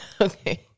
Okay